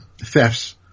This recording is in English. thefts